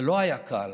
זה לא היה קל.